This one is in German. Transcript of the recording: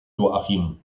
joachim